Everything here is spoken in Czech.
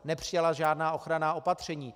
Nepřijala žádná ochranná opatření.